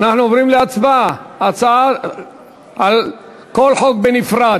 אנחנו עוברים להצבעה על כל חוק בנפרד.